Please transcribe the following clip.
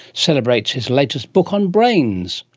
celebrates his latest book on brains.